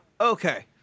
Okay